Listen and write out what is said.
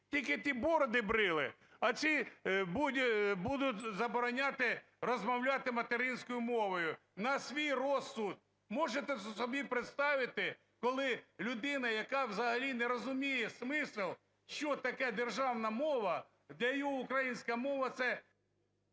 Тільки ті бороди брили, а ці будуть забороняти розмовляти материнською мовою на свій розсуд, можете собі представити, коли людина, яка взагалі не розуміє смысл, що таке державна мова, для нього українська мова – це…